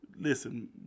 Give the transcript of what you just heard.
Listen